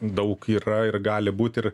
daug yra ir gali būti ir